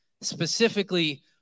specifically